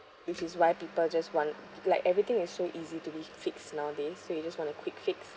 which is why people just want like everything is so easy to be fixed nowadays so you just want a quick fix